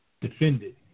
defended